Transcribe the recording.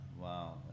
wow